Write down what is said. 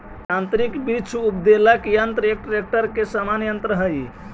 यान्त्रिक वृक्ष उद्वेलक यन्त्र एक ट्रेक्टर के समान यन्त्र हई